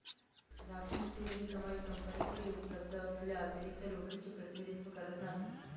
राखून ठेवलेली कमाई कंपनीकडे उपलब्ध असलेल्या अतिरिक्त रोखीचे प्रतिनिधित्व करत नाही